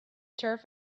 turf